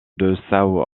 rico